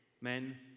men